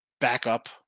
backup